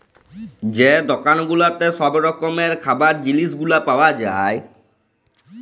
যে দকাল গুলাতে ছব রকমের খাবারের জিলিস গুলা পাউয়া যায়